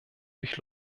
durch